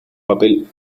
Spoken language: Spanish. papel